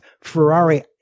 Ferrari